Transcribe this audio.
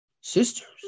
sisters